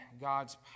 God's